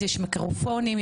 יש מיקרופונים,